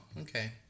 okay